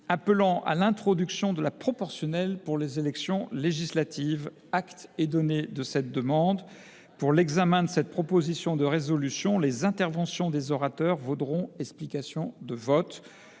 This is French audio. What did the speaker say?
appelant à l’introduction de la proportionnelle pour les élections législatives. Acte est donné de cette demande. Pour l’examen de cette proposition de résolution, les interventions des orateurs vaudront explications de vote.